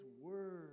word